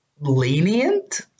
lenient